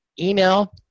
email